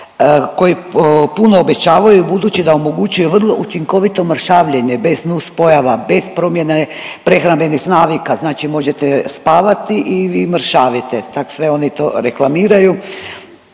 koji puno obećavaju budući da omogućuju vrlo učinkovito mršavljenje bez nus pojava, bez promjene prehrambenih navika, znači možete spavati i vi mršavite, tak sve oni to reklamiraju.